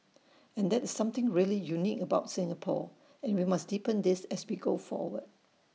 and that is something really unique about Singapore and we must deepen this as we go forward